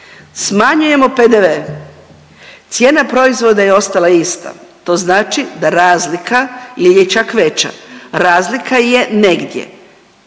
smanjujemo PDV, cijena proizvoda je ostala ista to znači da razlika jel je čak veća, razlika je negdje